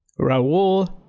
Raul